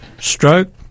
stroke